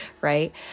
Right